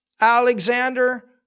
Alexander